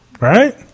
Right